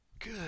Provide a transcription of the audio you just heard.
good